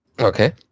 Okay